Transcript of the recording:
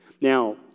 Now